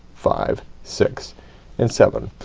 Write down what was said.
five, six and seven.